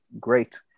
great